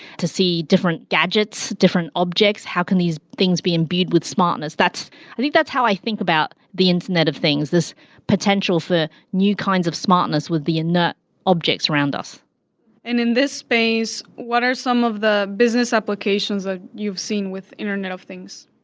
to see different gadgets, different objects, how can these things be imbued with smartness, i think that's how i think about the internet of things, this potential for new kinds of smartness with the innate objects around us in in this space, what are some of the business applications that you've seen with internet of things?